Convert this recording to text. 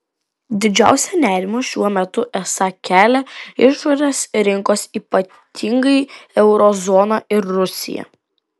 didžiausią nerimą šiuo metu esą kelia išorės rinkos ypatingai euro zona ir rusija